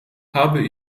habe